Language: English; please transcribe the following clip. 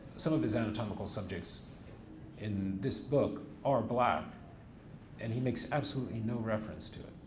some of his anatomical subjects in this book are black and he makes absolutely no reference to it.